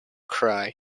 cry